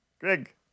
Greg